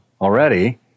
already